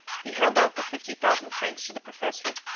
he held out the fifty thousand francs to the professor.